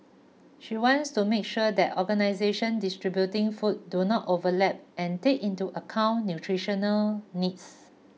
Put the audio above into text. she wants to make sure that organisation distributing food do not overlap and take into account nutritional needs